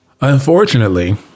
Unfortunately